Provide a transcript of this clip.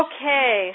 Okay